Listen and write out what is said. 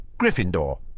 Gryffindor